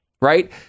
right